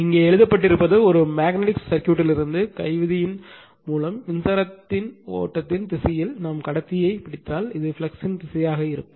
இங்கே எழுதப்பட்டிருப்பது ஒரு மேக்னட் சர்க்யூட்டிலிருந்து கை விதி மின்சாரத்தின் ஓட்டத்தின் திசையில் கடத்தியைப் பிடிக்கவும் இது ஃப்ளக்ஸ் ன் திசையாக இருக்கும்